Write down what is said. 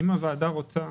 אם הוועדה רוצה